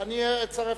פה,